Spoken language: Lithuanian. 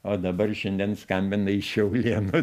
o dabar šiandien skambina iš šiaulėnų